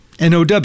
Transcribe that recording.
NOW